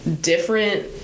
different